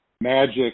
magic